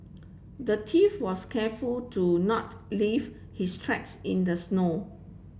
the thief was careful to not leave his tracks in the snow